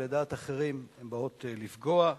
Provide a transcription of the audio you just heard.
ולדעת אחרים הן באות לפגוע,